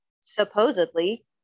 supposedly